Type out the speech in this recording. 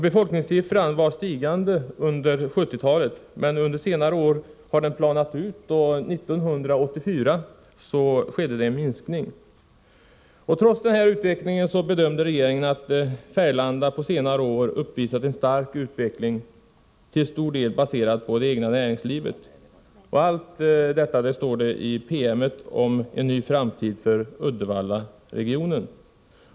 Befolkningssiffran var stigande under 1970-talet, men under senare år har befolkningskurvan planat ut, och 1984 skedde det en minskning. Trots denna utveckling bedömde regeringen att Färgelanda på senare år uppvisat en stark utveckling som till stor del baserades på det egna näringslivet. Allt detta står att läsa i promemorian om en ny framtid för Uddevallaregionen.